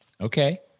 Okay